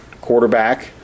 quarterback